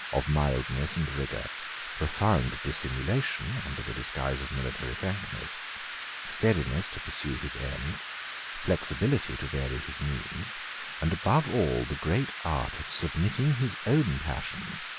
of mildness and rigor profound dissimulation, under the disguise of military frankness steadiness to pursue his ends flexibility to vary his means and, above all, the great art of submitting his own passions,